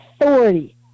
authority